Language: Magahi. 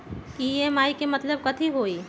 ई.एम.आई के मतलब कथी होई?